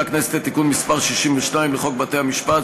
הכנסת את תיקון מס' 62 לחוק בתי-המשפט,